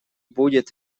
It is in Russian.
будет